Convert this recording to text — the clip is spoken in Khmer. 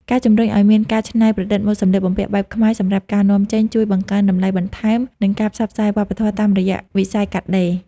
ការជំរុញឱ្យមានការច្នៃប្រឌិតម៉ូដសម្លៀកបំពាក់បែបខ្មែរសម្រាប់ការនាំចេញ ជួយបង្កើនតម្លៃបន្ថែម និងការផ្សព្វផ្សាយវប្បធម៌តាមរយៈវិស័យកាត់ដេរ។